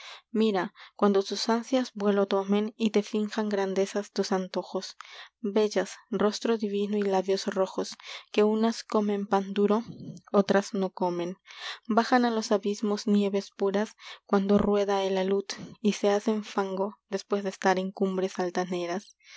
mira cuando tus ansias vuelo tomen y te finjan grandezas tus antojos y bellas rostro divino que unas comen pan labios rojos duro otras no comen bajan á los abismos nieves cuando rueda el alud y se puras hacen fango después de estar t en cumbres